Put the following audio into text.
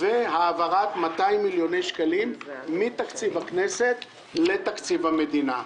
ועברת 200 מיליוני שקלים מתקציב הכנסת לתקציב המדינה.